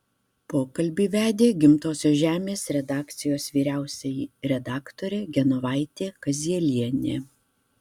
pokalbį vedė gimtosios žemės redakcijos vyriausioji redaktorė genovaitė kazielienė